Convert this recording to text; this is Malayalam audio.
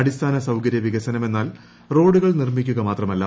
അടിസ്ഥാന സൌകരൃ വികസനമെന്നാൽ റോഡുകൾ നിർമിക്കുക മാത്രമല്ല